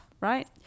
right